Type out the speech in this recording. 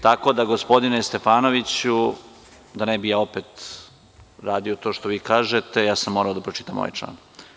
Tako da, gospodine Stefanoviću, da ne bih opet radio to što vi kažete, morao sam da pročitam ovaj član.